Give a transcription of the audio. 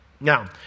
Now